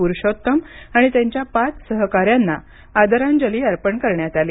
पुरुषोत्तम आणि त्यांच्या पाच सहकाऱ्यांना आदरांजली अर्पण करण्यात आली